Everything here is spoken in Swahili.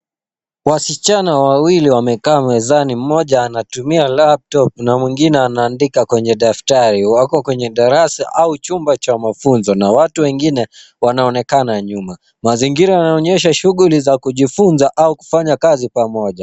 Wasichana wawili wamekaa mezani, moja anatumia laptop na mwingine anaandika kwenye daftari, wako kwenye darasa au jumba cha mafunzo. Na watu wengine wanaonekana nyuma. Mazingira inaonyesha shughuli za kujifunza au kufanya kazi pamoja.